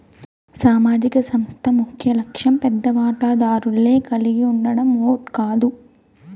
సామాజిక సంస్థ ముఖ్యలక్ష్యం పెద్ద వాటాదారులే కలిగుండడం ఓట్ కాదు